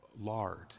lard